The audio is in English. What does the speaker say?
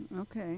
Okay